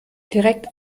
direkt